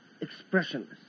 Expressionless